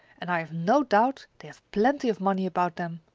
and i have no doubt they have plenty of money about them